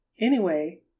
Anyway